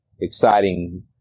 exciting